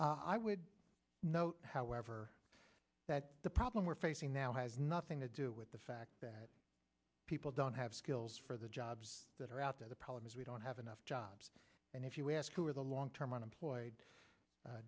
i would note however that the problem we're facing now has nothing to do with the fact that people don't have skills for the jobs that are out there the problem is we don't have enough jobs and if you ask who are the long term unemployed